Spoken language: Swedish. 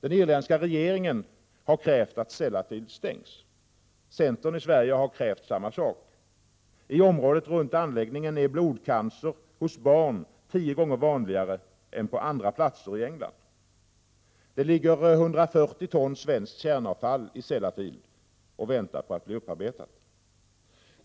Den irländska regeringen har krävt att Sellafield stängs. Centern i Sverige har krävt samma sak. I området runt anläggningen är blodcancer hos barn tio gånger vanligare än på andra platser i England. Det ligger 140 ton svenskt kärnavfall i Sellafield och väntar på att bli upparbetat.